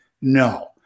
No